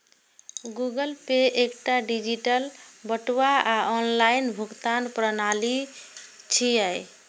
Google Pay एकटा digital बटुआ आ ऑनलाइन भुगतान प्रणाली छियै